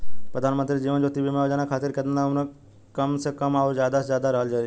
प्रधानमंत्री जीवन ज्योती बीमा योजना खातिर केतना उम्र कम से कम आ ज्यादा से ज्यादा रहल चाहि?